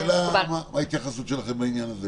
מה ההתייחסות שלכם לעניין הזה?